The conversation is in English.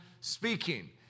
speaking